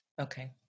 Okay